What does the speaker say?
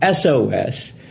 SOS